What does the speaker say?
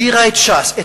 הדירה את ש"ס,